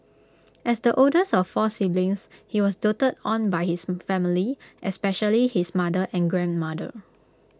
as the oldest of four siblings he was doted on by his family especially his mother and grandmother